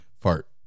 Fart